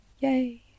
Yay